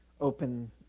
open